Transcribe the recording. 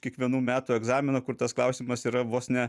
kiekvienų metų egzaminą kur tas klausimas yra vos ne